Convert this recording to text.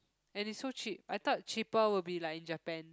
and it's so cheap I thought cheaper will be like in Japan